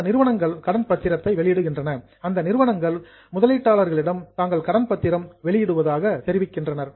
பல நிறுவனங்கள் கடன் பத்திரத்தை வெளியிடுகின்றன அந்த நிறுவனங்கள் இன்வெஸ்டார்ஸ் முதலீட்டாளர்களிடம் தாங்கள் கடன் பத்திரம் வெளியிடுவதாக தெரிவிக்கின்றனர்